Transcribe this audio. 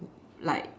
like